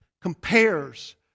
compares